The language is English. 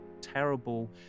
terrible